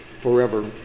forever